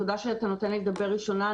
תודה שאתה נותן לי לדבר ראשונה.